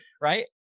right